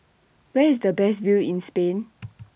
Where IS The Best View in Spain